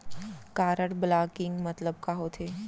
Card blocking मतलब का होथे?